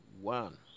one